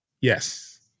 Yes